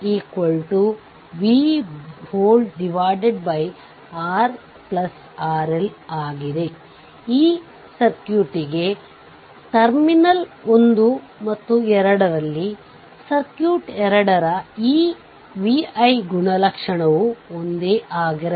ಈಗ VThevenin ಮತ್ತು RThevenin ಎಂದು ಕಂಡುಹಿಡಿಯಲು ಪ್ರಯತ್ನಿಸಿದರೆ ಈ ರೀತಿ ಅದನ್ನು ಪ್ರತಿನಿಧಿಸುವ ಈ ಸರ್ಕ್ಯೂಟ್ ರೇಖೀಯ 2 ಟರ್ಮಿನಲ್ ಸರ್ಕ್ಯೂಟ್ ಆಗಿದೆ